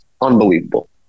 Unbelievable